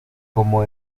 como